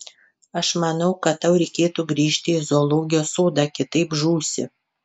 aš manau kad tau reikėtų grįžti į zoologijos sodą kitaip žūsi